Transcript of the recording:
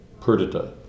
Perdita